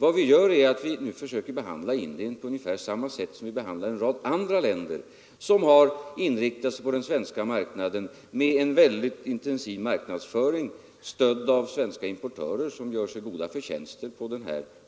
Vad vi nu gör är att vi försöker behandla Indien på ungefär samma sätt som vi behandlar en rad andra länder som inriktat sig på den svenska marknaden med en mycket intensiv marknadsföring, stödd av svenska importörer som gör sig goda förtjänster